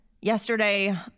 yesterday